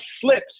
slips